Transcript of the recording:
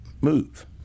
move